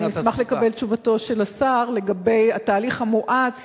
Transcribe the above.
אני אשמח לקבל את תשובתו של השר לגבי התהליך המואץ